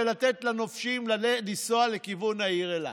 ולתת לנופשים לנסוע לכיוון העיר אילת.